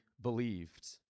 believed